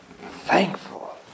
thankful